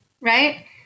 right